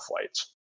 flights